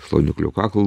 šlaunikaulio kaklo